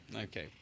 Okay